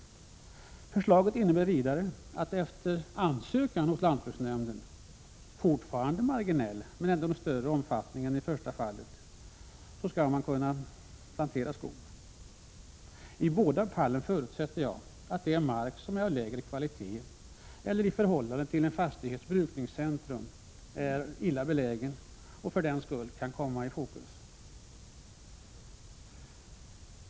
Förslaget innebär vidare att efter ansökan hos lantbruksnämnden fortfarande marginell mark, men ändå i något större omfattning än i det första fallet, skall få planteras med skog. I båda fallen förutsätter jag att det är mark som är av lägre kvalitet eller i förhållande till fastighetens brukningscentrum är illa belägen, som kan komma i fokus.